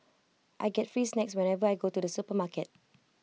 I get free snacks whenever I go to the supermarket